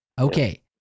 Okay